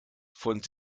von